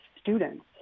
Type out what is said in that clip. students